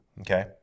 Okay